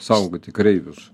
saugoti kareivius